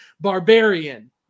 Barbarian